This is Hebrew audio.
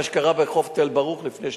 מה שקרה בחוף תל-ברוך לפני שנתיים.